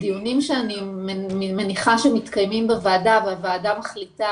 בדיונים שאני מניחה שמתקיימים בוועדה והוועדה מחליטה